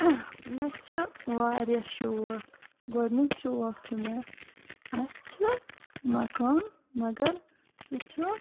مےٚ چھ واریاہ شوق گۄڈنیُک شوق چھُ مےٚ اَسہِ چھُ مَکان مَگَر سُہ چھُ